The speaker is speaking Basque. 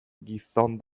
gizon